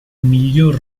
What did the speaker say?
miglior